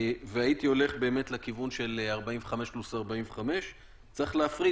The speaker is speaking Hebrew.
והייתי הולך באמת לכיוון של 45 פלוס 45. צריך להפריד,